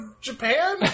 Japan